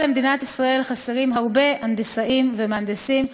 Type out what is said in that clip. למדינת ישראל חסרים הרבה הנדסאים ומהנדסים.